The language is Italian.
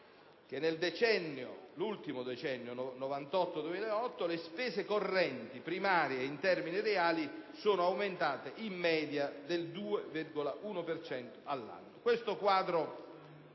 che nell'ultimo decennio 1998-2008 le spese correnti primarie in termini reali sono aumentate in media del 2,1 per cento